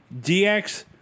DX